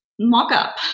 mock-up